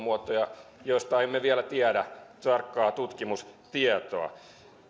muotoja joista emme vielä tiedä tarkkaa tutkimustietoa